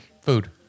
food